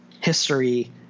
history –